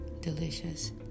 Delicious